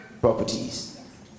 properties